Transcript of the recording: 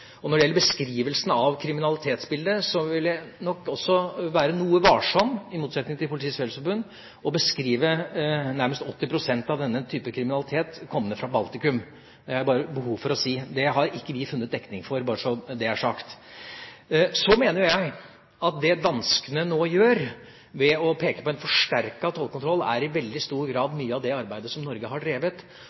Når det gjelder beskrivelsen av kriminalitetsbildet, vil jeg nok også være noe varsom – i motsetning til Politiets Fellesforbund – med å beskrive nærmest 80 pst. av denne typen kriminalitet kommende fra Baltikum. Jeg hadde bare behov for å si det. Det har ikke vi funnet dekning for, bare så det er sagt. Så mener jeg at det danskene nå gjør, ved å peke på en forsterket tollkontroll, i veldig stor grad er mye av det arbeidet som Norge har drevet.